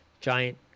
giant